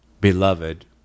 beloved